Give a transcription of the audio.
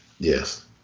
Yes